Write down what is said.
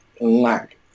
lack